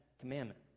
commandment